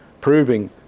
proving